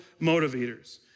motivators